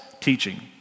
teaching